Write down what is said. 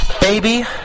Baby